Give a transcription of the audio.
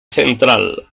central